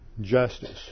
justice